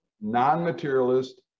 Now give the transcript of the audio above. non-materialist